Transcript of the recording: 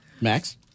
Max